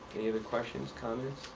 any other questions, comments?